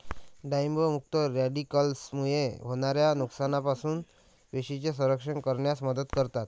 डाळिंब मुक्त रॅडिकल्समुळे होणाऱ्या नुकसानापासून पेशींचे संरक्षण करण्यास मदत करतात